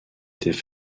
étaient